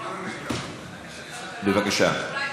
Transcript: כלכלה.